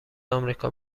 آمریکا